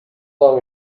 long